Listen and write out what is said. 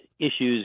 issues